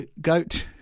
goat